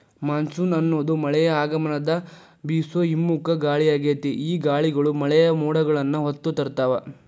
monsoon ಅನ್ನೋದು ಮಳೆಯ ಆಗಮನದ ಬೇಸೋ ಹಿಮ್ಮುಖ ಗಾಳಿಯಾಗೇತಿ, ಈ ಗಾಳಿಗಳು ಮಳೆಯ ಮೋಡಗಳನ್ನ ಹೊತ್ತು ತರ್ತಾವ